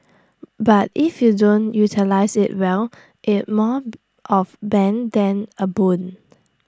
but if you don't utilise IT well it's more of bane than A boon